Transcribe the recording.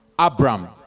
Abraham